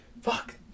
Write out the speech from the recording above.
fuck